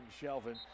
Shelvin